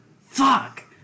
Fuck